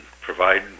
provide